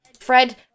Fred